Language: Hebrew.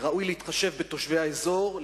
ראוי להתחשב בתושבי האזור,